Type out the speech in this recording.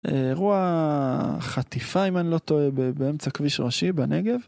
אירוע חטיפה, אם אני לא טועה, באמצע כביש ראשי בנגב.